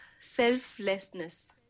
selflessness